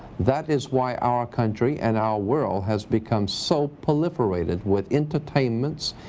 that is why our country and our world has become so proliferated with entertainments,